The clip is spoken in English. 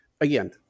again